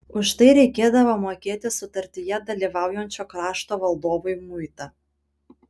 už tai reikėdavo mokėti sutartyje dalyvaujančio krašto valdovui muitą